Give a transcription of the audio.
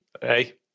Hey